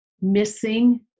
missing